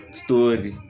story